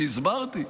אני הסברתי,